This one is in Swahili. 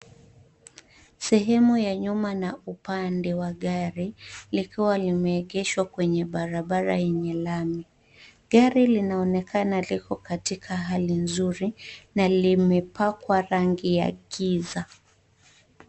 Sehemu ya nyuma na upande wa gari likiwa limeegeshwa kwenye barabara lenye lami. Gari linaonekana liko katika hali nzuri na limepakwa rangi ya giza.